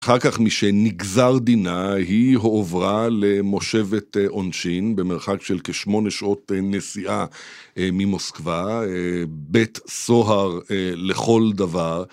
אחר כך משנגזר דינה היא הועברה למושבת עונשין במרחק של כשמונה שעות נסיעה ממוסקבה, בית סוהר לכל דבר.